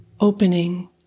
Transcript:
opening